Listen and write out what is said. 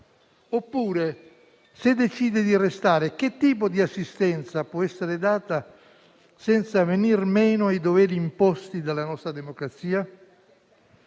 Oppure, se decide di restare, che tipo di assistenza può essere data senza venir meno ai doveri imposti dalla nostra democrazia?